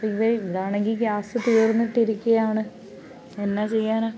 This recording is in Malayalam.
പിന്നെ ഇന്നാണെങ്കിൽ ഗ്യാസ് തീർന്നിട്ട് ഇരിക്കുകയാണ് എന്നാ ചെയ്യാനാ